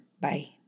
Bye